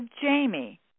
Jamie